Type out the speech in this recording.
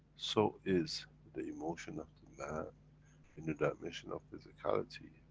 so is the emotion of the man in the dimension of physicality,